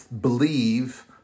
believe